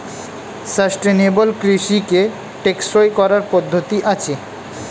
sustainable কৃষিকে টেকসই করার পদ্ধতি আছে